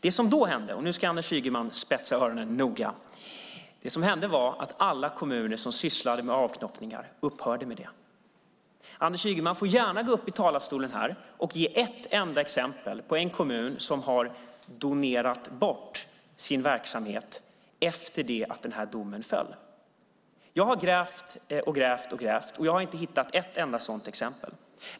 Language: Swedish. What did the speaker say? Det som då hände - nu ska Anders Ygeman ordentligt spetsa öronen - var att alla kommuner som sysslade med avknoppningar upphörde med det. Anders Ygeman får gärna gå upp i talarstolen här och ge ett enda exempel på en kommun som har donerat bort sin verksamhet efter det att den här domen föll. Jag har grävt, grävt och grävt men inte hittat ett enda sådant exempel.